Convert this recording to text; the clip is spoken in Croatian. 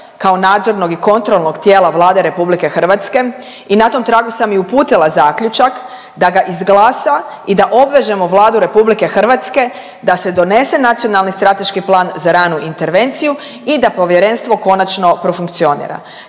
kao nadzornog i kontrolnog tijela Vlade RH i na tom tragu sam i uputila zaključak, da ga izglasa i da obvežemo Vladu RH da se donese nacionalni strateški plan za ranu intervenciju i da povjerenstvo konačno profunkcionira.